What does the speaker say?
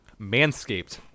Manscaped